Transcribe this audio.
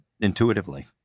intuitively